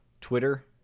twitter